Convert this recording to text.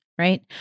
right